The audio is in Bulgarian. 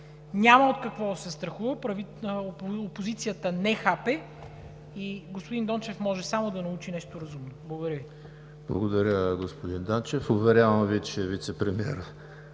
Няма от какво да се страхува, опозицията не хапе и господин Дончев може само да научи нещо разумно. Благодаря Ви. ПРЕДСЕДАТЕЛ ЕМИЛ ХРИСТОВ: Благодаря, господин Данчев. Уверявам Ви, че вицепремиерът